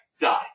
die